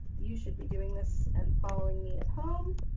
you should be doing this and following me at home.